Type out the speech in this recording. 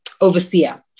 overseer